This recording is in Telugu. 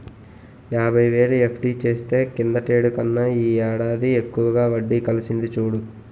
యాబైవేలు ఎఫ్.డి చేస్తే కిందటేడు కన్నా ఈ ఏడాది ఎక్కువ వడ్డి కలిసింది చూడు